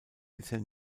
bisher